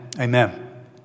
Amen